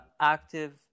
Active